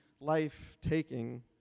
life-taking